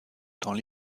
temps